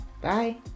Bye